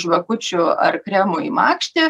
žvakučių ar kremų į makštį